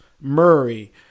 Murray